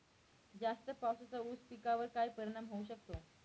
जास्त पावसाचा ऊस पिकावर काय परिणाम होऊ शकतो?